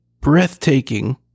breathtaking